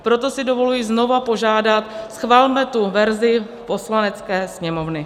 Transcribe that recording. Proto si dovoluji znovu požádat, schvalme tu verzi Poslanecké sněmovny.